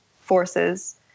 Forces